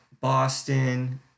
Boston